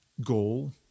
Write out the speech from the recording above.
goal